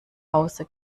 hause